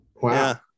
Wow